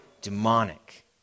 demonic